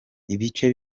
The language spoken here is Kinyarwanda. ibice